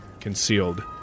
concealed